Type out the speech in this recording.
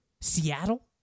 Seattle